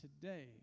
today